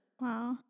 Wow